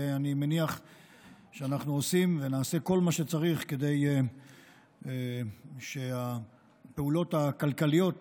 ואני מניח שאנחנו עושים ונעשה כל מה שצריך כדי שהפעולות הכלכליות